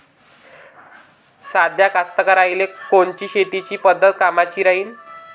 साध्या कास्तकाराइले कोनची शेतीची पद्धत कामाची राहीन?